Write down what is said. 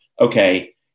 okay